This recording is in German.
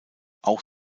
auch